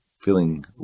feeling